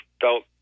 felt